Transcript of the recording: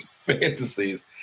fantasies